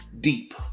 deep